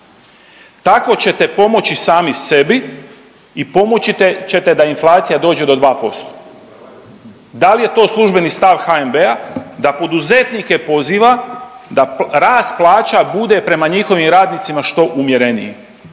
tako ćete pomoći sami sebi i pomoći ćete da inflacija dođe do 2%. Da li je to službeni stav HNB-a da poduzetnike poziva da rast plaća bude prema njihovim radnicima što umjereniji?